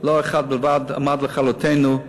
שלא אחד בלבד עמד עלינו לכלותנו"